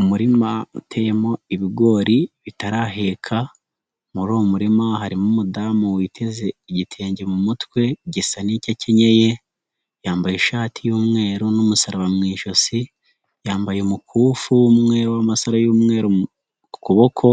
Umurima uteyemo ibigori bitaraheka, mu uwo murima harimo umudamu witeze igitenge mu mutwe gisa n'icyo akenyeye, yambaye ishati y'umweru n'umusaraba mu ijosi, yambaye umukufi umwe w'amasa y'umweru ku ukuboko,